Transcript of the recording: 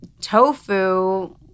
tofu